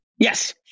Yes